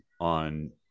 on